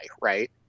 right